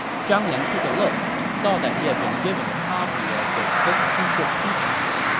zhang liang took a look and saw that he had been given a copy of the six secret teachings,